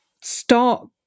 start